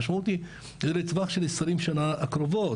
המשמעות היא זה לטווח של 20 שנים הקרובות,